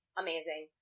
amazing